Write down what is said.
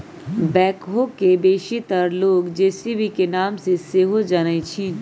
backhoe के बेशीतर लोग जे.सी.बी के नाम से सेहो जानइ छिन्ह